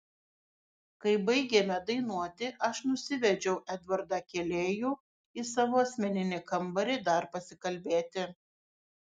kai baigėme dainuoti aš nusivedžiau edvardą kėlėjų į savo asmeninį kambarį dar pasikalbėti